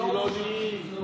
חילונים.